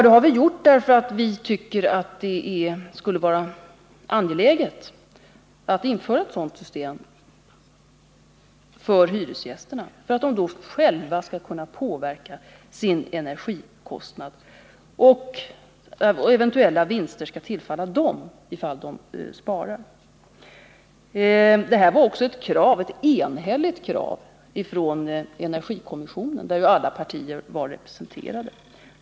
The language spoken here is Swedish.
Det har vi gjort därför att vi tycker det skulle vara angeläget för hyresgästerna att man införde ett sådant system, så att de själva kan påverka sina energikostnader. Eventuella vinster skall tillfalla hyresgästerna ifall de sparar. Detta var också ett enhälligt krav från energikommissionen, där alla partier var representerade.